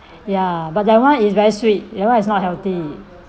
ya but that one is very sweet ya lah it's not healthy